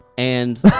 and,